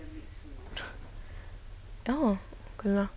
oh okay lah